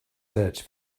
search